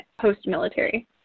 post-military